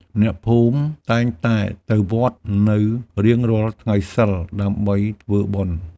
អ្នកភូមិតែងតែទៅវត្តនៅរៀងរាល់ថ្ងៃសីល ដើម្បីធ្វើបុណ្យ។